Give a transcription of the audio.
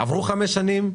עברו חמש שנים.